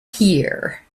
here